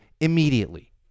immediately